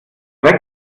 rex